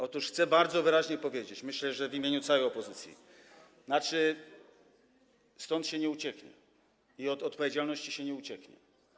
Otóż chcę bardzo wyraźnie powiedzieć - myślę, że w imieniu całej opozycji - że stąd się nie ucieknie i od odpowiedzialności się nie ucieknie.